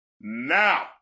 Now